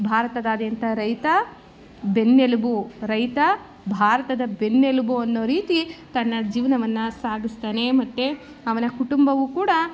ಭಾರತದಾದ್ಯಂತ ರೈತ ಬೆನ್ನೆಲುಬು ರೈತ ಭಾರತದ ಬೆನ್ನೆಲುಬು ಅನ್ನೋ ರೀತಿ ತನ್ನ ಜೀವನವನ್ನು ಸಾಗಿಸ್ತಾನೆ ಮತ್ತು ಅವನ ಕುಟುಂಬವೂ ಕೂಡ